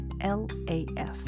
L-A-F